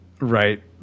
right